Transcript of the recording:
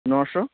নশো